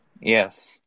Yes